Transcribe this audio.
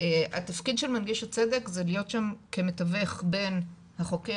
התפקיד של מנגיש הצדק זה להיות שם כמתווך בין החוקר,